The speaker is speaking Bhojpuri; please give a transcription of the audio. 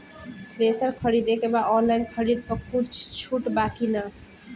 थ्रेसर खरीदे के बा ऑनलाइन खरीद पर कुछ छूट बा कि न?